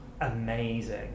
amazing